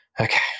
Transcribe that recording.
okay